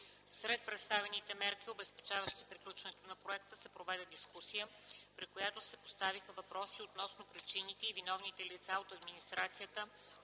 След представяне на мерките, обезпечаващи приключването на проекта, се проведе дискусия, при която се поставиха въпроси относно причините и виновните лица от администрацията